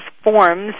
forms